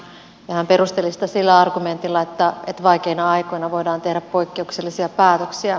hän perusteli sitä sillä argumentilla että vaikeina aikoina voidaan tehdä poikkeuksellisia päätöksiä